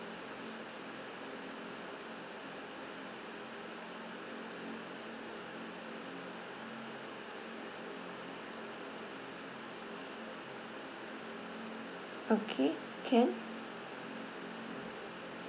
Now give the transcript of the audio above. okay can